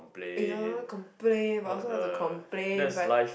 !aiya! complain but I also like to complain but